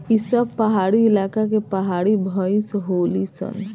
ई सब पहाड़ी इलाका के पहाड़ी भईस होली सन